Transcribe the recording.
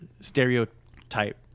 stereotype